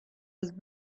with